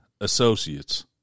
associates